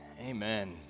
Amen